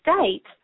state